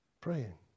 praying